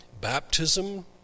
Baptism